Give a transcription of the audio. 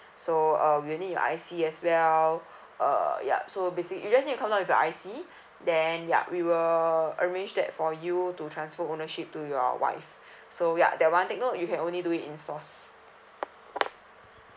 so uh we'll need your I_C as well uh yup so basic~ you just need to come down with your I_C then ya we will arrange that for you to transfer ownership to your wife so ya that one take note you can only do in stores